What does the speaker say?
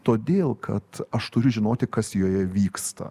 todėl kad aš turiu žinoti kas joje vyksta